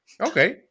Okay